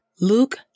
Luke